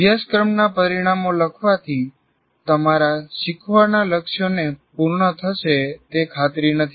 અભ્યાસક્રમના પરિણામો લખવાથી તમારા શીખવાના લક્ષ્યોને પૂર્ણ થશે તે ખાતરી નથી